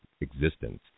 existence